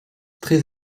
très